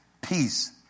Peace